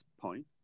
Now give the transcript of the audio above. point